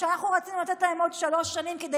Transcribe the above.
אנחנו רצינו לתת להם עוד שלוש שנים כדי